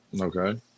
Okay